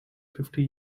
fifty